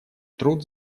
труд